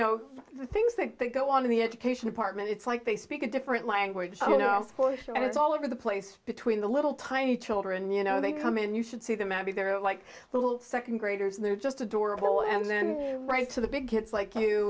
know the things that go on in the education department it's like they speak a different language you know and it's all over the place between the little tiny children you know they come and you should see them and be they're like little second graders and they're just adorable and then right to the big kids like you